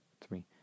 three